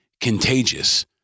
contagious